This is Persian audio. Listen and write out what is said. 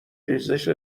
ریزش